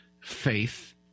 faith